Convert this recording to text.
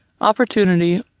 Opportunity